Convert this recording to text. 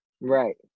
Right